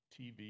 TV